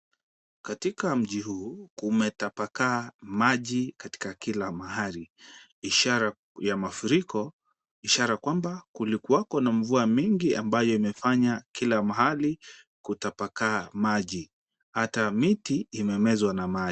Katika mji huu kumetapakaa maji katika kila mahali. Ishara ya mafuriko, ishara kwamba kulikuwako na mvua mingi ambayo imefanya kila mahali kutapakaa maji hata miti imemezwa na maji .